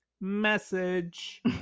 message